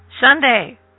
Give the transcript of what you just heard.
Sunday